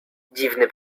dziwny